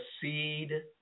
seed